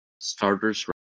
starters